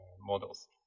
models